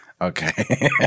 Okay